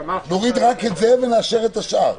נוריד רק את זה ונאשר את השאר.